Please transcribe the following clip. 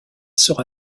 sera